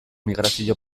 migrazio